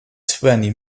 twenty